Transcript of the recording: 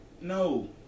No